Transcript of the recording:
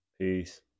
Peace